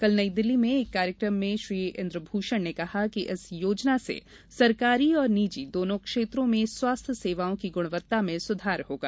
कल नई दिल्ली में एक कार्यक्रम में श्री इन्दुभूषण ने कहा कि इस योजना से सरकारी और निजी दोनों क्षेत्रों में स्वास्थ्य सेवाओं की गुणवत्ता में सुधार होगा